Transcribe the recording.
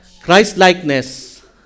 Christ-likeness